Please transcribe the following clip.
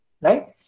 right